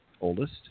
oldest